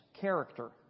character